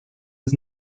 was